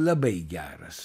labai geras